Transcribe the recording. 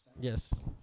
yes